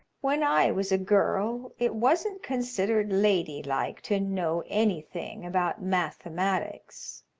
when i was a girl it wasn't considered lady-like to know anything about mathematics,